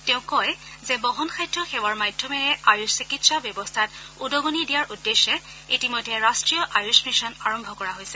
তেওঁ কয় যে বহনসাধ্য সেৱাৰ মাধ্যমেৰে আয়ুষ চিকিৎসা ব্যৱস্থাত উদ্গণি দিয়াৰ উদ্দেশ্যে ইতিমধ্যে ৰাষ্ট্ৰীয় আয়ুষ মিছন আৰম্ভ কৰা হৈছে